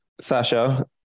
Sasha